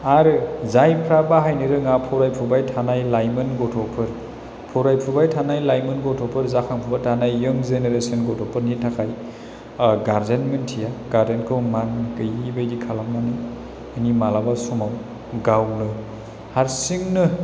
आरो जायफ्रा बाहायनो रोङा फरायफुबाय थानाय लाइमोन गथ'फोर फरायफुबाय थानाय लाइमोन गथ'फोर जाखांफुबाय थानाय यं जेनेरेसन गथ'फोरनि थाखाय गार्जेन मोनथिया गार्जेनखौ मान गोयि बायदि खालामनानै बिनि मालाबा समाव गावनो हारसिंनो